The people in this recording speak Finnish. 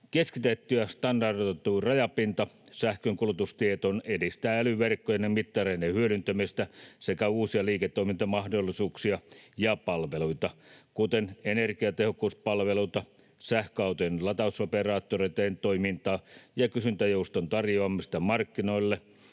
Keskitetty ja standardoitu rajapinta sähkönkulutustietoon edistää älyverkkojen ja mittareiden hyödyntämistä sekä uusia liiketoimintamahdollisuuksia ja palveluita, kuten energiatehokkuuspalveluita, sähköautojen latausoperaattoreiden toimintaa ja kysyntäjouston tarjoamista markkinoille,